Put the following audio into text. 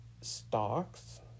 stocks